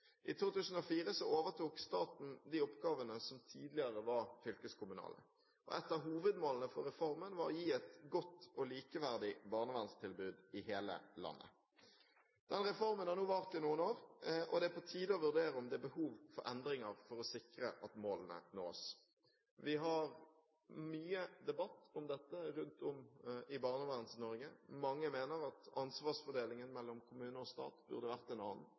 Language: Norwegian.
I 2004 overtok staten de oppgavene som tidligere var fylkeskommunale. Et av hovedmålene med reformen var å gi et godt og likeverdig barnevernstilbud i hele landet. Reformen har nå vart i noen år, og det er på tide å vurdere om det er behov for endringer for å sikre at målene nås. Vi har mye debatt om dette rundt om i Barneverns-Norge. Mange mener at ansvarsfordelingen mellom kommune og stat burde vært en annen.